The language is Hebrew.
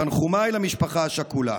תנחומיי למשפחה השכולה.